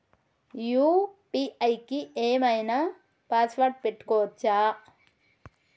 UPI కి ఏం ఐనా పాస్వర్డ్ పెట్టుకోవచ్చా?